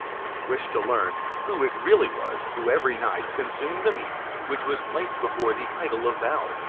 when he wished to learn who it really was who every night consumed the meat which was placed before the idol of bel,